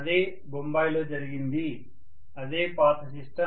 అదే బొంబాయిలో జరిగింది అదే పాత సిస్టం